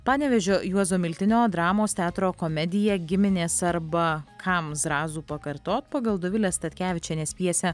panevėžio juozo miltinio dramos teatro komedija giminės arba kam zrazų pakartot pagal dovilės statkevičienės pjesę